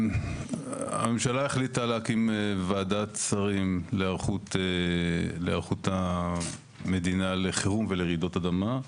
הממשלה החליטה להקים ועדת שרים להיערכות המדינה לחירום לרעידות אדמה.